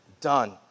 done